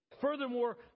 Furthermore